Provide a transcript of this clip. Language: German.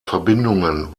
verbindungen